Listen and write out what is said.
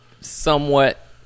somewhat